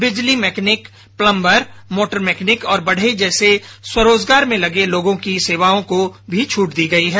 बिजली mechanic plumber motor mechanic और बढई जैसे स्वरोजगार में लगे लोगों की सेवाओं को भी छूट दी गई है